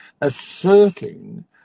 asserting